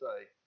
say